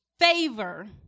favor